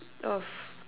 of